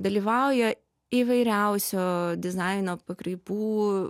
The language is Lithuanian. dalyvauja įvairiausio dizaino pakraipų